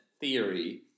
theory